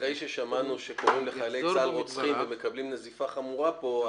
אחרי ששמענו שקוראים לחיילי צה"ל רוצחים ומקבלים נזיפה חמורה פה,